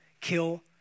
kill